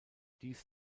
dies